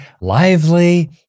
lively